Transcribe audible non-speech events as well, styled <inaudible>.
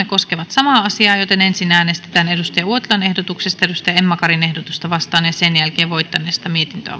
<unintelligible> koskevat samaa määrärahaa ensin äänestetään kari uotilan ehdotuksesta yhdeksänkymmentäyhdeksän emma karin ehdotusta yhdeksäänkymmeneenseitsemään vastaan sitten voittaneesta